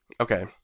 Okay